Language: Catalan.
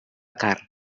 carn